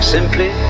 Simply